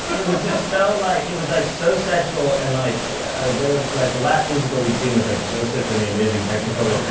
but it was just so like, it was like so sexual. and like yeah i was there with like the last musical we'd seen was like joseph and the amazing technicolor